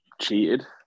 cheated